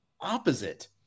opposite